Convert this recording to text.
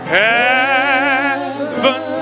heaven